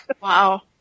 Wow